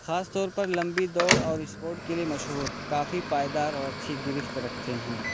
خاص طور پر لمبی دوڑ اور اسپورٹ کے لیے مشہور کافی پائیدار اور اچھی گرفت رکھتے ہیں